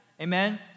Amen